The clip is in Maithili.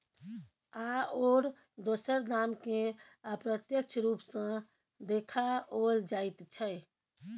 आओर दोसर दामकेँ अप्रत्यक्ष रूप सँ देखाओल जाइत छै